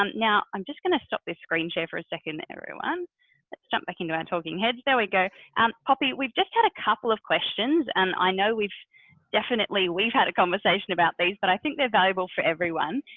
um now i'm just going to stop this screen share for a second everyone let's jump back into our talking heads. there we go. um poppy, we've just had a couple of questions and i know we've definitely we've had a conversation about these, but i think they're valuable for everyone.